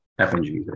FNG